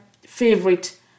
favorite